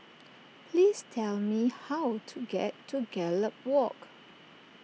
please tell me how to get to Gallop Walk